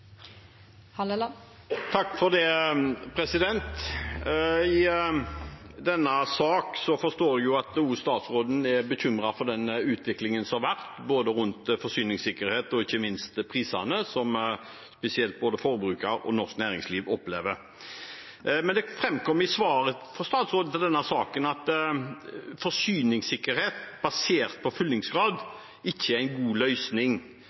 for den utviklingen som har vært, både rundt forsyningssikkerhet og ikke minst priser, som spesielt forbrukere og norsk næringsliv opplever. Men det framkom i svaret fra statsråden i forbindelse med denne saken at forsyningssikkerhet basert på fyllingsgrad ikke en god løsning,